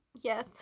Yes